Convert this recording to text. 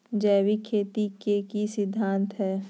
जैविक खेती के की सिद्धांत हैय?